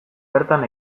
bertan